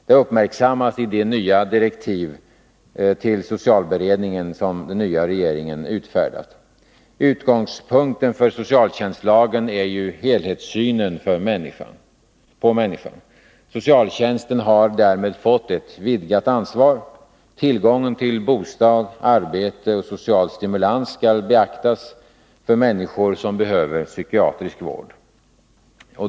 Detta uppmärksammas i direktiven till socialberedningen, vilka den nya regeringen har utfärdat. Utgångspunkten för socialtjänstlagen är ju helhetssynen på människan. Socialtjänsten har därmed fått ett vidgat ansvar. Tillgången till bostad, arbete och social stimulans skall beaktas när det gäller människor som behöver psykiatrisk vård.